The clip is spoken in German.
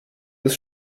des